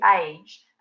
age